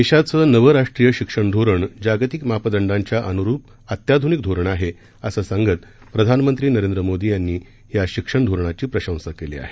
देशाचं नवं राष्ट्रीय शिक्षण धोरण जागतिक मापदंडांच्या अनुरूप अत्याधुनिक धोरण आहे असं सांगत प्रधानमंत्री नरेंद्र मोदी यांनी या शिक्षण धोरणाची प्रशंसा केली आहे